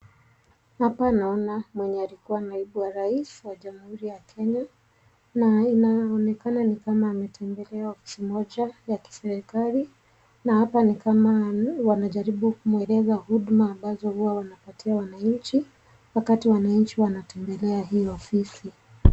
Hapa naona mwenye alikuwa naibu wa rais wa jamhuri ya kenya inaonekana ni kama ametembelea ofisi moja ya kiserikali na hapa ni kama wanajaribu kumweleza huduma ambazo huwa wanapatia wananchi wakati wananchi wanatembelea hii ofisi.